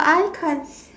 I can't